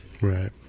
Right